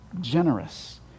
generous